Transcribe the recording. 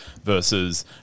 versus